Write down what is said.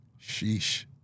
Sheesh